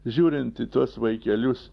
žiūrint į tuos vaikelius